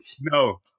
No